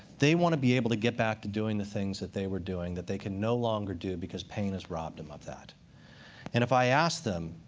they want to be able to get back to doing the things that they were doing that they can no longer do because pain has robbed them of that. and if i ask them,